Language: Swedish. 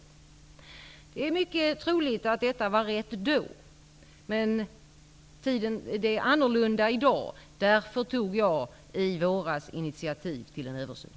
Det är mycket troligt att detta var rätt då, men det är annorlunda i dag. Därför tog jag i våras initiativ till en översyn.